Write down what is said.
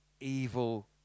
evil